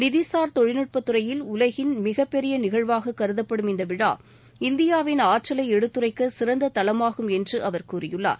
நிதிசார் தொழில்நுட்பத் துறையில் உலகின் மிகப்பெரிய நிகழ்வாக கருதப்படும் இந்த விழா இந்தியாவின் ஆற்றலை எடுத்துரைக்க சிறந்த தளமாகும் என்று அவர் கூறியுள்ளார்